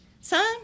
Son